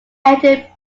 ended